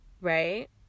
Right